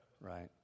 Right